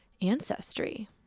ancestry